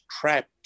trapped